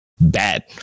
bad